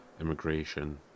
immigration